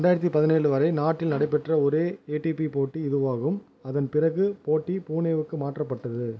ரெண்டாயிரத்து பதினேழு வரை நாட்டில் நடைபெற்ற ஒரே ஏடிபி போட்டி இதுவாகும் அதன் பிறகு போட்டி புனேவுக்கு மாற்றப்பட்டது